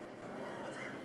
הסורית?